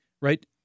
right